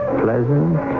pleasant